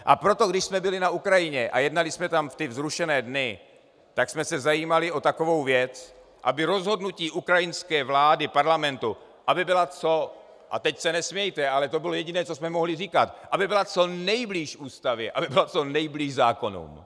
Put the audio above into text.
A proto když jsme byli na Ukrajině a jednali jsme tam v ty vzrušené dny, tak jsme se zajímali o takovou věc, aby rozhodnutí ukrajinské vlády, parlamentu a teď se nesmějte, ale to bylo jediné, co jsme mohli říkat byla co nejblíž ústavě, aby byla co nejblíž zákonům.